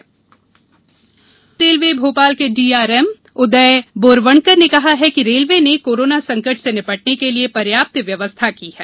railway पश्चिम मध्य railway Bhopal ने डीआरएम उदय बोरवनकर ने कहा कि रेलवे ने कोरोना संकट से निपटने को लिए पर्याप्त व्यवस्था की है